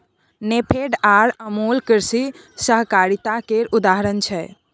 नेफेड आर अमुल कृषि सहकारिता केर उदाहरण छै